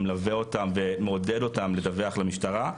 ומלווה אותם ומעודד אותם לדווח למשטרה,